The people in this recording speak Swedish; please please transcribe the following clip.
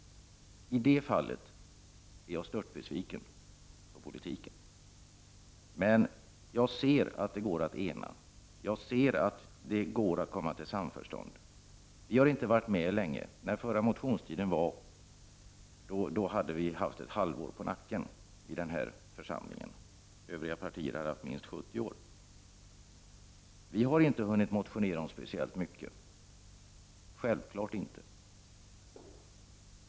I det fallet är jag störtbesviken på politiken. Men jag ser att det går att enas, att komma till samförstånd. Vi har inte varit med länge. Under förra motionstiden hade vi varit med i den här församlingen ett halvår, övriga partier hade varit med minst 70 år. Vi har självfallet inte hunnit motionera om speciellt mycket.